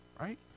right